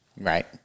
right